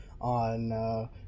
on